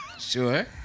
Sure